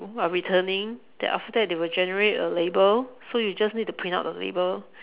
are returning then after that they will generate a label so you just need to print out the label